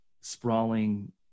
sprawling